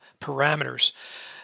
parameters